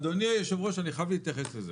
בבקשה, אל תדברי איתנו על דיגיטל.